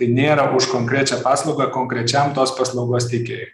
tai nėra už konkrečią paslaugą konkrečiam tos paslaugos teikėjui